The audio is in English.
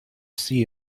see